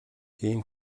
ийм